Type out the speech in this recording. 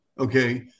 Okay